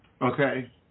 okay